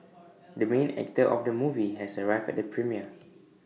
the main actor of the movie has arrived at the premiere